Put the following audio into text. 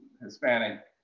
Hispanic